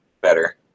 better